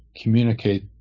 communicate